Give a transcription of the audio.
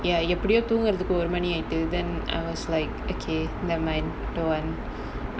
ya எப்பிடியும் தூங்குறதுக்கு ஒரு மணி ஆயிடுது:epidiyum thoongurathuku oru mani aayiduthu then I was like okay never mind don't want